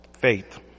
faith